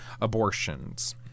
abortions